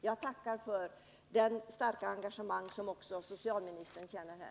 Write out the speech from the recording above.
Jag tackar för det starka engagemang som också socialministern känner här.